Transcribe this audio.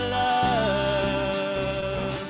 love